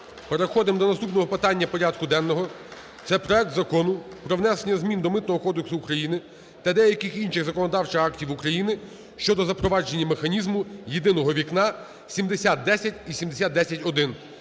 Переходимо до наступного питання порядку денного. Це проект Закону про внесення змін до Митного кодексу України та деяких інших законодавчих актів України щодо запровадження механізму "єдиного вікна" (7010 і 7010-1).